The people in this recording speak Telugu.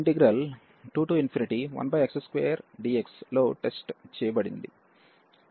21x2dx లో టెస్ట్ చేయండి